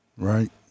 Right